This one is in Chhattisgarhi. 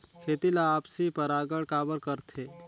खेती ला आपसी परागण काबर करथे?